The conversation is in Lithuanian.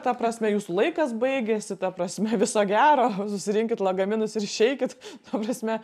ta prasme jūsų laikas baigėsi ta prasme viso gero susirinkit lagaminus ir išeikit ta prasme